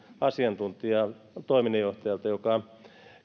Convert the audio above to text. asiantuntijalta toiminnanjohtajalta joka